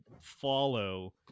follow